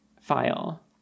file